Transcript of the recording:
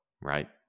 right